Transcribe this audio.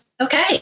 Okay